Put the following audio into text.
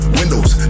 windows